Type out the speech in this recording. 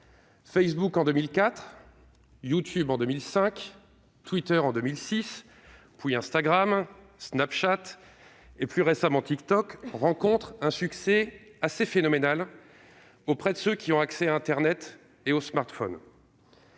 Facebook en 2004, YouTube en 2005, Twitter en 2006, puis Instagram, Snapchat et, plus récemment, TikTok, tous rencontrent un succès assez phénoménal auprès de ceux qui ont accès à internet et aux smartphones.